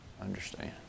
understand